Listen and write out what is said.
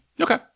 Okay